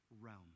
realm